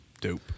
dope